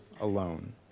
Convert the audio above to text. alone